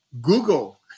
Google